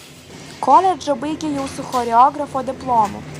koledžą baigė jau su choreografo diplomu